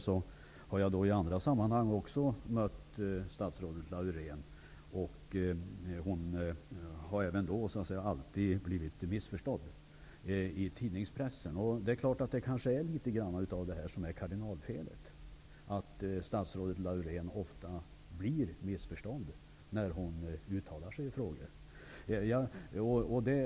Jag har även i andra sammanhang mött statsrådet Laurén, då hon alltid blivit missörstådd i tidningspressen. Det är kanske detta som är kardinalfelet, att statsrådet Laurén ofta blir missförstådd när hon uttalar sig i frågor.